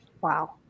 Wow